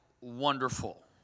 wonderful